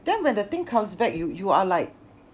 then when the thing comes back you you are like